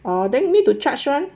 ah then need to charge [one]